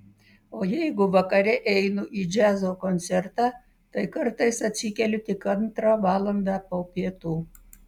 o jeigu vakare einu į džiazo koncertą tai kartais atsikeliu tik antrą valandą po pietų